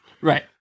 right